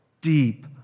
deep